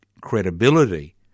credibility